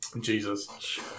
Jesus